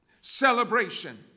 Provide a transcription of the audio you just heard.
celebration